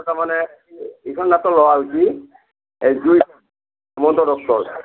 তাৰ মানে ইখন নাটক লোৱা হৈছি হিমন্ত দত্তৰ